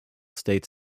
states